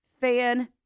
Fan